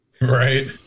Right